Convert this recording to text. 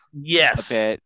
Yes